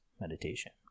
meditation